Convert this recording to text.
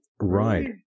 Right